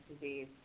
disease